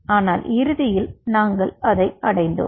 ஆனால் இறுதியில் நாங்கள் அதை அடைந்தோம்